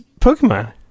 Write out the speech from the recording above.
Pokemon